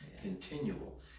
continual